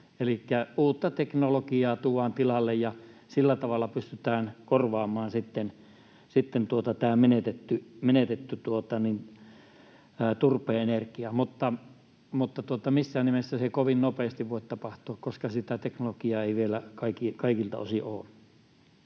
uutta teknologiaa tuodaan tilalle ja sillä tavalla pystytään korvaamaan sitten tämä menetetty turpeen energia, mutta missään nimessä se ei kovin nopeasti voi tapahtua, koska sitä teknologiaa ei vielä kaikilta osin ole